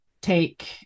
take